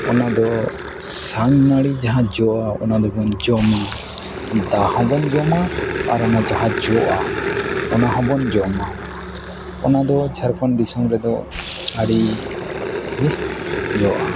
ᱚᱱᱟ ᱫᱚ ᱥᱟᱝ ᱱᱟᱹᱲᱤ ᱡᱟᱦᱟᱸ ᱡᱚᱜᱼᱟ ᱚᱱᱟ ᱫᱚᱵᱚᱱ ᱡᱚᱢᱟ ᱫᱟ ᱦᱚᱵᱚᱱ ᱡᱚᱢᱟ ᱟᱨ ᱚᱱᱟ ᱡᱟᱦᱟᱸ ᱡᱚᱜᱼᱟ ᱚᱱᱟ ᱦᱚᱵᱚᱱ ᱡᱚᱢᱟ ᱚᱱᱟ ᱫᱚ ᱡᱷᱟᱲᱠᱷᱚᱸᱰ ᱫᱤᱥᱚᱢ ᱨᱮᱫᱚ ᱟᱹᱰᱤ ᱵᱮᱥ ᱡᱚᱜᱼᱟ